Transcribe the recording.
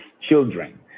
children